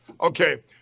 Okay